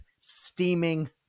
steaming